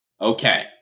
Okay